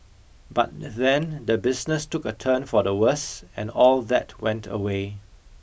but then the business took a turn for the worse and all that went away